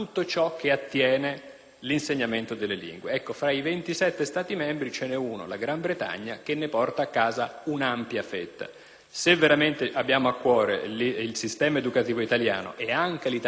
l'insegnamento delle lingue. Tra i 27 Stati membri ce ne é uno, la Gran Bretagna, che ne porta a casa un'ampia fetta. Se veramente abbiamo a cuore il sistema educativo italiano, e anche l'italianità, perché tra opera